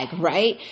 right